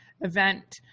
event